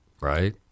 right